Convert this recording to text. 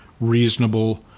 reasonable